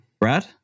Brad